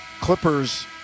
Clippers